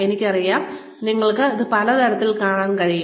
എനിക്കറിയാം നിങ്ങൾക്ക് ഇത് പല തരത്തിൽ കാണാൻ കഴിയും